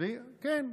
ואם לאו,